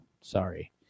sorry